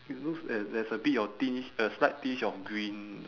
it looks at there's a bit of tinge a slight tinge of green